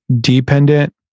dependent